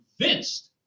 convinced